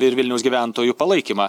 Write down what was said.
ir vilniaus gyventojų palaikymą